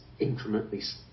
incrementally